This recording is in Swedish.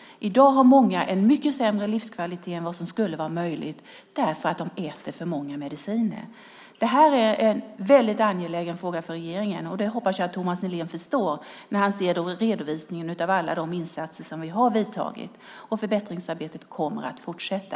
I dag har många en mycket sämre livskvalitet än vad som skulle vara möjligt därför att de äter för många mediciner. Detta är en väldigt angelägen fråga för regeringen; det hoppas jag att Thomas Nihlén förstår när han ser redovisningen av alla de åtgärder vi har vidtagit. Förbättringsarbetet kommer också att fortsätta.